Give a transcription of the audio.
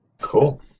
Cool